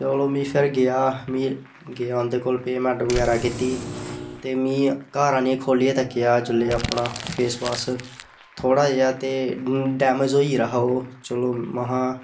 चलो जी फिर गेआ फिर गेआ उं'दे कोल पेमेंट कुतै घरा कीती ते मी घर आह्नियै खोह्ललियै दिक्खेआ जिसलै अपना फेसबाश थोह्ड़ा जेहा ते डैमेज होई गेदा हा ओह् चलो